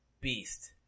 beast